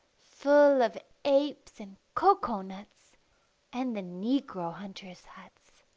full of apes and cocoa-nuts and the negro hunters' huts